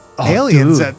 aliens